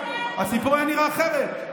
הסיפור היה נראה אחרת.